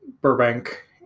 Burbank